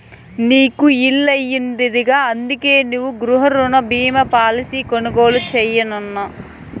నీకు ఇల్లుండాదిగా, అందుకే నువ్వు గృహరుణ బీమా పాలసీ కొనుగోలు చేయన్నా